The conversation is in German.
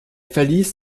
verließ